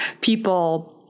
people